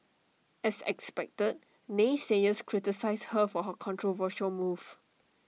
as expected naysayers criticised her for her controversial move